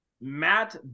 Matt